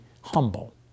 humble